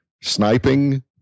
sniping